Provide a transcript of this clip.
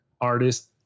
artist